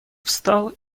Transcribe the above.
встал